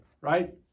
right